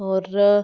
और